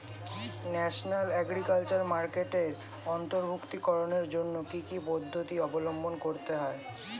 National agriculture মার্কেটে অন্তর্ভুক্তিকরণের জন্য কি কি পদ্ধতি অবলম্বন করতে হয়?